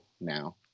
now